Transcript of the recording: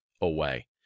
away